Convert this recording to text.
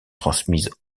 transmise